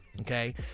okay